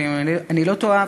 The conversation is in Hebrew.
ואם אני לא טועה,